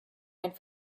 ein